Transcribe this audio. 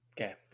Okay